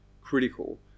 critical